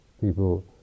People